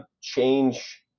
change